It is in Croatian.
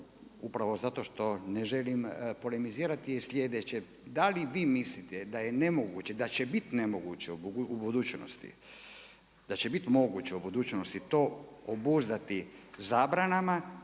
upravo zato što ne želim polemizirati je sljedeće: Da li vi mislite da je nemoguće, da će bit nemoguće u budućnosti, da će bit moguće u budućnosti to obuzdati zabranama